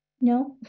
no